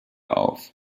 auf